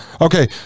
Okay